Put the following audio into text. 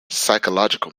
psychological